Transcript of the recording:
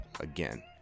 again